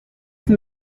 sie